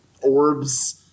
orbs